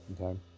Okay